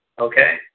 Okay